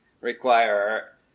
require